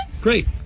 Great